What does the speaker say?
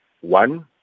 one